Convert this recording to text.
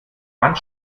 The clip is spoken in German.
wand